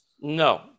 No